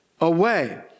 away